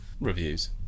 reviews